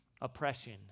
oppression